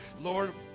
Lord